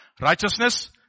Righteousness